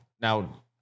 now